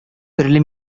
төрле